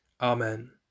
Amen